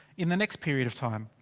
in the next period of time